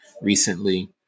recently